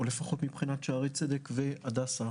או לפחות מבחינת שערי צדק והדסה,